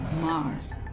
Mars